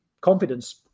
confidence